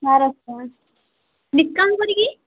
ବାରଶହ ଟଙ୍କା ଡିସକାଉଣ୍ଟ୍ କରିକି